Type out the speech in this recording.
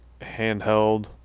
handheld